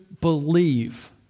believe